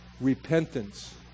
repentance